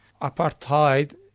apartheid